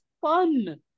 fun